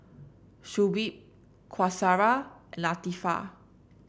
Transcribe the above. Shuib Qaisara and Latifa